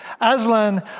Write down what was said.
Aslan